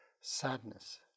sadness